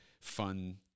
fun